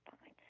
fine